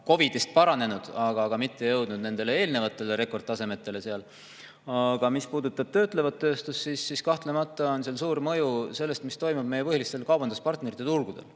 COVID-it paranenud, aga mitte jõudnud eelnevale rekordtasemele. Mis puudutab töötlevat tööstust, siis kahtlemata on seal suur mõju sellel, mis toimub meie põhiliste kaubanduspartnerite turgudel.